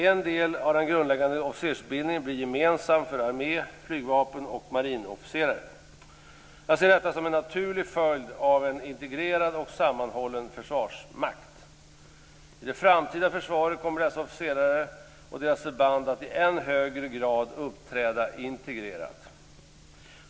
En del av den grundläggande officersutbildningen blir gemensam för armé-, flygvapen och marinofficerare. Jag ser detta som en naturlig följd av en integrerad och sammanhållen försvarsmakt. I det framtida försvaret kommer officerare och deras förband att i än högre grad uppträda integrerat.